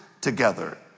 together